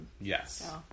Yes